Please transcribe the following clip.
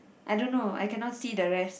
I don't know I cannot see the rest